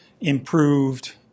improved